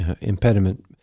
impediment